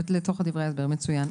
זה הרעיון.